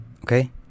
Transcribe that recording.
Okay